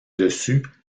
dessus